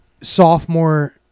sophomore